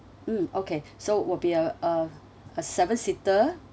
mm okay so will be a a a seven seater